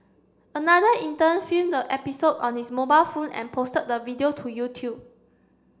another intern filmed the episode on his mobile phone and posted the video to YouTube